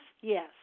Yes